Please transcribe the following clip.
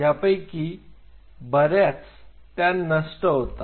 त्यापैकी बऱ्याच त्या नष्ट होतात